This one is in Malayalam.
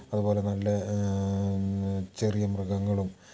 അതുപോലെ നല്ല ചെറിയ മൃഗങ്ങളും